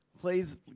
Please